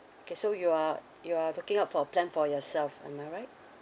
okay so you are you are looking out for plan for yourself am I right